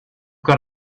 got